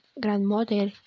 grandmother